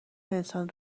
انسان